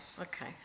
Okay